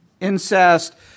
incest